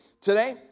today